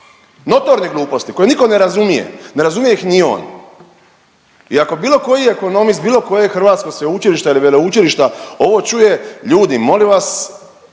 Notorne gluposti koje nitko ne razumije, ne razumije ih ni on. I ako bilo koji ekonomist, bilo kojeg hrvatskog sveučilišta ili veleučilišta ovo čuje, ljudi molim vas,